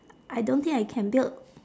I don't think I can build